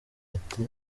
ati